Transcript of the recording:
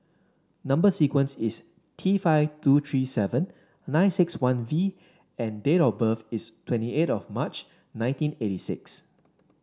number sequence is T five two three seven nine six one V and date of birth is twenty eight of March nineteen eighty six